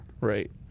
right